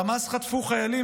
חמאס חטפו חיילים,